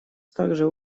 также